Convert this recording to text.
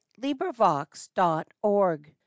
LibriVox.org